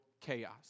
chaos